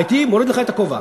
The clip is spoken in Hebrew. הייתי מוריד בפניך את הכובע,